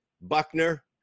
Buckner